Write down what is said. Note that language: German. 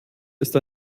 ist